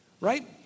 right